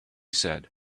said